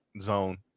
zone